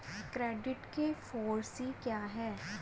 Credit के four C क्या हैं?